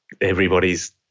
everybody's